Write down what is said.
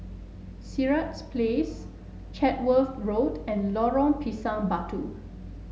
Sirat Place Chatsworth Road and Lorong Pisang Batu